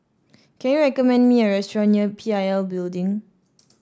can you recommend me a restaurant near P I L Building